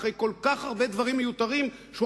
אחרי כל כך הרבה דברים מיותרים שהוא